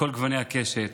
מכל גוני הקשת.